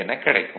எனக் கிடைக்கும்